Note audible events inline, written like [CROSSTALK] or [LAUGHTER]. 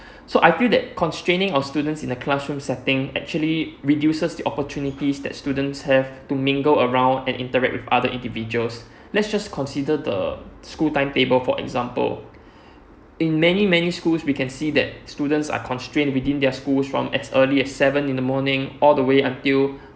[BREATH] so I feel that constraining our students in the classroom setting actually reduces the opportunities that students have to mingle around and interact with other individuals [BREATH] let's just consider the school timetable for example [BREATH] in many many schools we can see that students are constraint within their schools from as early as seven in the morning all the way until